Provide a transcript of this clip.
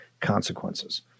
consequences